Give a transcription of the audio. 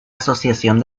asociación